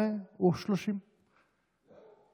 מישהו שבא אחריי בתור במפלגה,